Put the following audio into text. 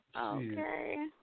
Okay